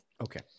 Okay